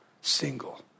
single